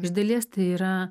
iš dalies tai yra